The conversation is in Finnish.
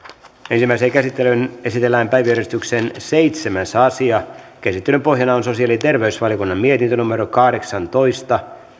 ensimmäiseen käsittelyyn esitellään päiväjärjestyksen seitsemäs asia käsittelyn pohjana on sosiaali ja terveysvaliokunnan mietintö kahdeksantoista